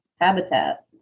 habitat